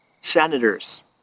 senators